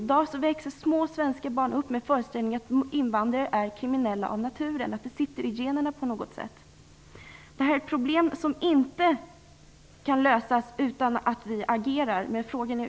I dag växer små svenska barn upp i föreställningen att invandrare är kriminella av naturen - det sitter på något sätt i generna. Det här är problem som inte kan lösas utan att vi agerar.